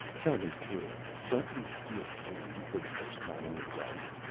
tell me true, don't you feel free for the first time in your life?